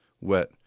wet